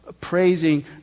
praising